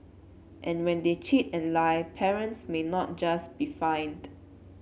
and when they cheat and lie parents may not just be fined